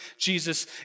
Jesus